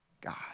God